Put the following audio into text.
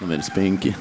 numeris penki